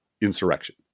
insurrection